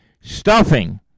Stuffing